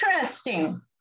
interesting